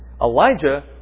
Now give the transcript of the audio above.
Elijah